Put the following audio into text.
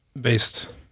based